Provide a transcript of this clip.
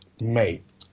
Mate